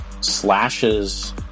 slashes